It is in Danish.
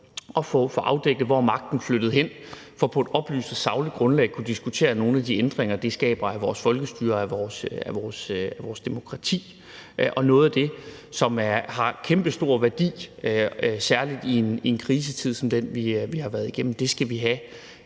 og få afdækket, hvor magten er flyttet hen, så vi på et oplyst og sagligt grundlag kan diskutere nogle af de ændringer, det skaber af vores folkestyre og af vores demokrati. Og noget af det, som har kæmpestor værdi, særlig i en krisetid som den, vi har været igennem, skal vi have